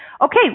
Okay